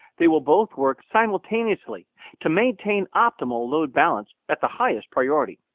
they will both work simultaneously to maintain optimal load balance at the highest priority.